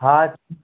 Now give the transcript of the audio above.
हाँ